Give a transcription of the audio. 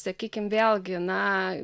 sakykim vėlgi na